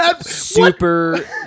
super